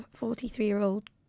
43-year-old